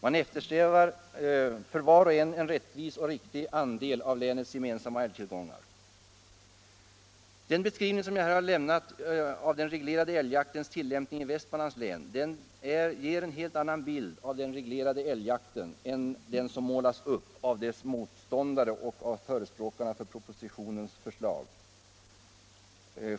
Man eftersträvar att var och en skall få en rättvis och riktig andel i länets gemensamma älgtillgångar. Den beskrivning jag här har lämnat av den reglerade älgjaktens tilllämpning i Västmanlands län ger en helt annan bild av den reglerade älgjakten än den som målas upp av dess motståndare och av förespråkarna för propositionens förslag.